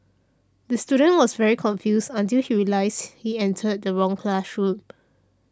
the student was very confused until he realised he entered the wrong classroom